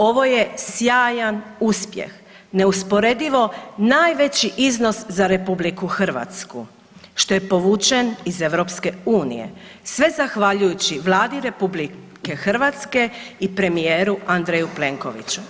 Ovo je sjajan uspjeh, neusporedivo najveći iznos za RH, što je povučen iz EU, sve zahvaljujući Vladi RH i premijeru Andreju Plenkoviću.